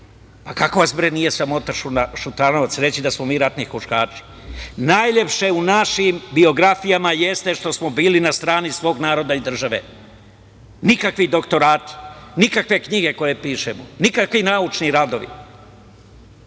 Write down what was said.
kako vas, bre, nije sramota, Šutanovac, reći da smo mi ratni huškači? Najlepše u našim biografijama jeste što smo bili na strani svog naroda i države. Nikakvi doktorati, nikakve knjige koje pišemo, nikakvi naučni radovi.